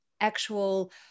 actual